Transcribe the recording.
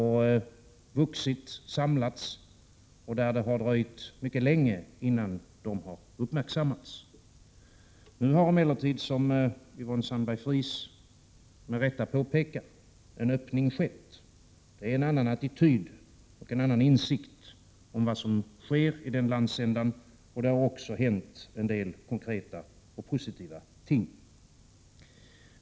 De har vuxit, samlats, och det har dröjt mycket länge, innan man har uppmärksammat dem. Som Yvonne Sandberg-Fries med rätta påpekade har nu en öppning kommit till stånd. Man har en annan attityd till och en annan insikt om vad som sker i denna landsända. Det har också hänt en del konkreta och positiva ting.